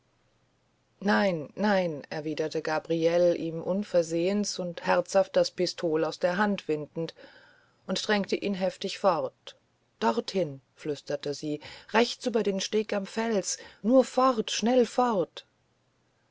nein nein erwiderte gabriele ihm unversehens und herzhaft das pistol aus der hand windend und drängte ihn heftig fort dorthin flüsterte sie rechts über den steg am fels nur fort schnell fort